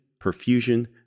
perfusion